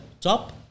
top